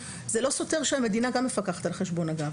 זה לא סותר שהמדינה גם מפקחת על החשבון אגב,